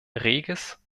reges